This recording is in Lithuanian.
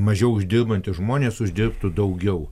mažiau uždirbantys žmonės uždirbtų daugiau